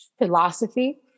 philosophy